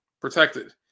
protected